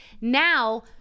now